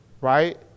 right